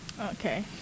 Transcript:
okay